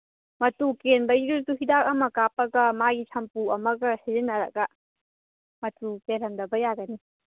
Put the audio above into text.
ꯃꯇꯨ ꯀꯦꯟꯕꯒꯤꯗꯨꯁꯨ ꯍꯤꯗꯥꯛ ꯑꯃ ꯀꯥꯞꯄꯒ ꯃꯥꯒꯤ ꯁꯝꯄꯨ ꯑꯃꯒ ꯁꯤꯖꯤꯟꯅꯔꯒ ꯃꯇꯨ ꯀꯦꯟꯍꯟꯗꯕ ꯌꯥꯒꯅꯤ